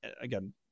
Again